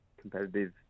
competitive